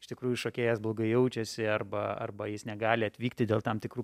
iš tikrųjų šokėjas blogai jaučiasi arba arba jis negali atvykti dėl tam tikrų